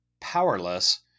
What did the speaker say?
powerless